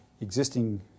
existing